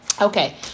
Okay